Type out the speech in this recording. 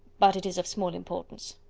but it is of small importance.